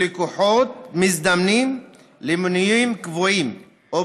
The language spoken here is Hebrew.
בין לקוחות מזדמנים למנויים קבועים או